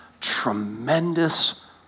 tremendous